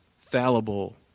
fallible